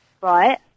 Right